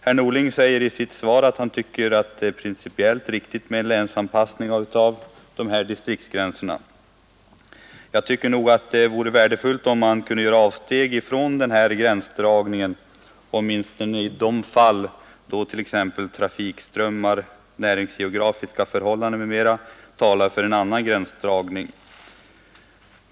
Herr Norling säger i sitt svar att han tycker att det är principiellt riktigt med en länsanpassning av distriktsgränserna. Jag tycker dock att det vore värdefullt om man kunde göra avsteg från en sådan gränsdragning åtminstone i de fall då t.ex. trafikströmmar och näringsgeografiska förhållanden talar för en annan gränsdragning.